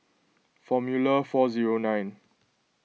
formula four zero nine